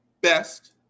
best